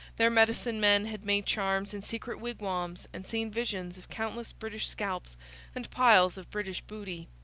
their medicine men had made charms in secret wigwams and seen visions of countless british scalps and piles of british booty.